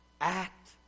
act